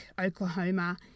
Oklahoma